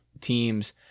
teams